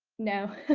no.